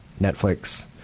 Netflix